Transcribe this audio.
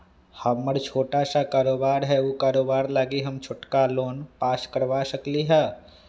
हमर छोटा सा कारोबार है उ कारोबार लागी हम छोटा लोन पास करवा सकली ह?